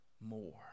more